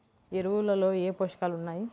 ఎరువులలో ఏ పోషకాలు ఉన్నాయి?